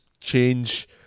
change